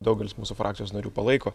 daugelis mūsų frakcijos narių palaiko